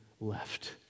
left